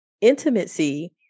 intimacy